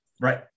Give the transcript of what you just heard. right